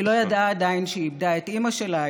היא לא ידעה עדיין שהיא איבדה את אימא שלה,